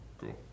Cool